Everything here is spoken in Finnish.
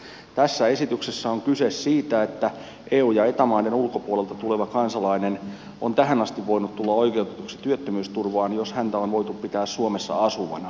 tässä esityksessä on kyse siitä että eu ja eta maiden ulkopuolelta tuleva kansalainen on tähän asti voinut tulla oikeutetuksi työttömyysturvaan jos häntä on voitu pitää suomessa asuvana